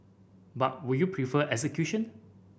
but would you prefer execution